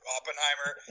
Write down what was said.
Oppenheimer